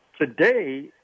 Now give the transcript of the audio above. today